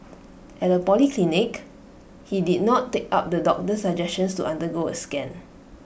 at A polyclinic he did not take up the doctor's suggestion to undergo A scan